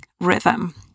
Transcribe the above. rhythm